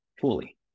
fully